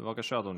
בבקשה, אדוני.